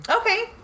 Okay